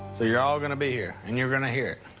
you're all gonna be here and you're gonna hear it.